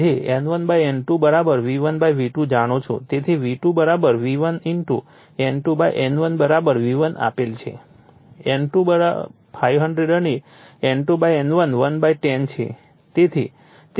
જે N1 N2 V1 V2 જાણો છો તેથી V2 V1 N2 N1 V1 આપેલ છે N2 500 અને N2 N1 110 છે